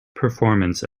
performance